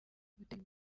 gutera